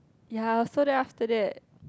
ya so then after that